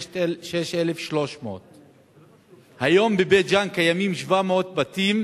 6,300. היום בבית-ג'ן קיימים 700 בתים